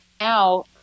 now